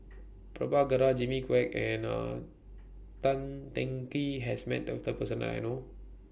Prabhakara Jimmy Quek and A Tan Teng Kee has Met This Person that I know of